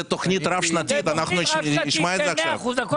זו תוכנית רב שנתית, אנחנו נשמע את זה עכשיו.